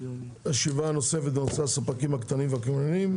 ישיבה נוספת בנושא הספקים הקטנים והקמעונאים,